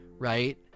Right